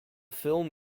film